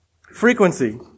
Frequency